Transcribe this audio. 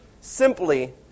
simply